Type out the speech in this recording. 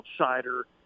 outsider